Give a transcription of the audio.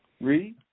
Read